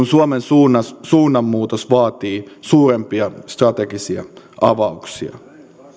suomen suunnanmuutos vaatii suurempia strategisia avauksia